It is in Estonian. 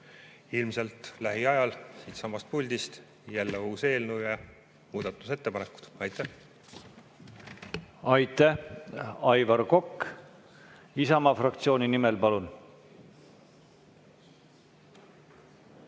ilmselt lähiajal siitsamast puldist jälle uus eelnõu ja muudatusettepanekud. Aitäh! Aitäh! Aivar Kokk Isamaa fraktsiooni nimel, palun!